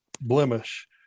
blemish